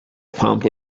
pump